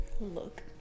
look